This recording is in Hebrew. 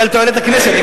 זה היה לתועלת הכנסת.